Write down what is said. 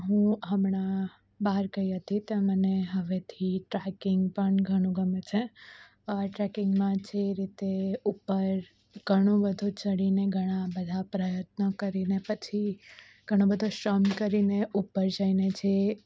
હું હમણાં બહાર ગઈ હતી ત્યાં મને હવેથી ટ્રેકિંગ પણ ઘણું ગમે છે ટ્રેકીંગમાં જે રીતે ઉપર ઘણું બધુ ચડીને ઘણા બધા પ્રયત્નો કરીને પછી ઘણો બધો શ્રમ કરીને ઉપર જઈને જે